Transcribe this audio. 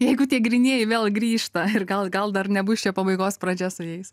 jeigu tie grynieji vėl grįžta ir gal gal dar nebus čia pabaigos pradžia su jais